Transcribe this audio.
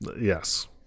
Yes